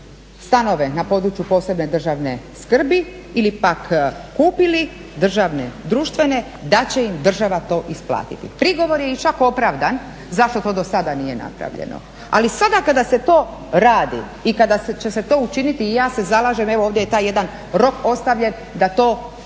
stanove na području posebne državne skrbi ili pak kupili državne, društvene da će im država to isplatiti. Prigovor je i čak opravdan, zašto to dosada nije napravljano? Ali sada kada se to radi i kada će se to učiniti, i ja se zalažem, evo ovdje je taj jedan rok ostavljen, da to bude